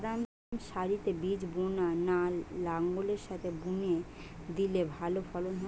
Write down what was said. বাদাম সারিতে বীজ বোনা না লাঙ্গলের সাথে বুনে দিলে ভালো ফলন হয়?